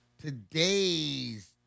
today's